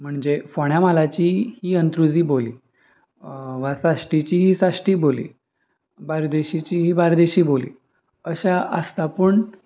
म्हणजे फोंड्या म्हालाची ही अंत्रुजी बोली वा साश्टीची ही साश्टी बोली बार्देशीची ही बार्देशी बोली अशा आसता पूण